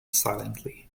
silently